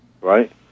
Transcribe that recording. right